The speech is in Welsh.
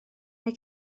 mae